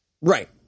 Right